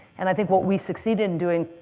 and i think what we succeeded in doing,